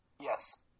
Yes